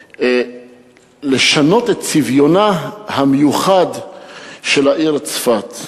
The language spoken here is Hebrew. לשנות את צביונה המיוחד של העיר צפת.